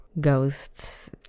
ghosts